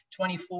24